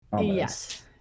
Yes